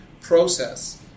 process